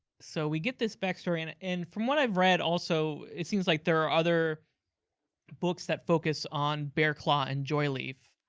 so we get this backstory, and and from what i've read also it seems like there are other books that focus on bearclaw and joyleaf,